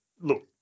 look